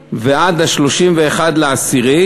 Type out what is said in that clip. ביולי ועד 31 באוקטובר,